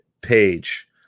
page